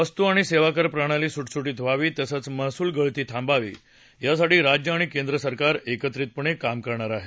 वस्तू आणि सेवा कर प्रणाली सुटसुटीत व्हावी तसंच महसूल गळती थांबावी यासाठी राज्य आणि केंद्र सरकार एकत्रितपणे काम करणार आहेत